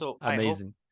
amazing